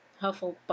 Hufflepuff